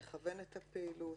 מכוון את הפעילות,